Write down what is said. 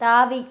தாவி